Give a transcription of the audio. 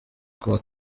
kuwa